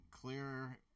clear